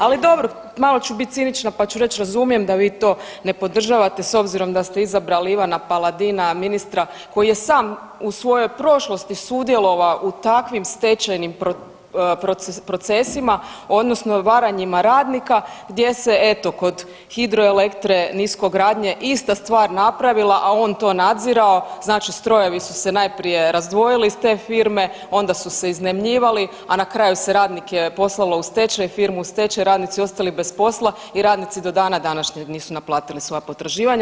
Ali dobro, malo ću biti cinična pa ću reći, razumijem da vi to ne podržavate s obzirom da ste izabrali Ivana Paladina, ministra koji je sam u svojoj prošlosti sudjelovao u takvim stečajnim procesima odnosno varanjima radnika gdje se eto, kod hidroelektre Niskogradnje ista stvar napravila, a on to nadzirao, znači strojevi su se najprije razdvojili iz te firme, onda su se iznajmljivali, a na kraju se radnike poslalo u stečaj, firmu u stečaj, radnici ostali bez posla i radnici do dana današnjeg nisu naplatili svoja potraživanja.